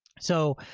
so,